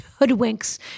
hoodwinks